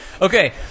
Okay